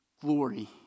glory